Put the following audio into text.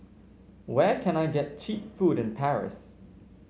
where can I get cheap food in Paris